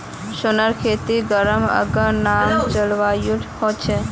सोनेर खेती गरम आर नम जलवायुत ह छे